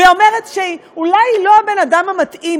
ואומרת שאולי היא לא הבן-אדם המתאים,